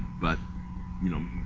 but you know,